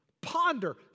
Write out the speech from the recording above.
Ponder